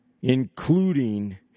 including